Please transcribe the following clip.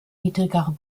niedrigeren